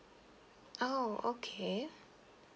oh okay